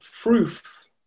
proof